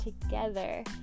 together